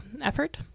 effort